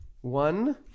one